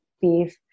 beef